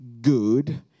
good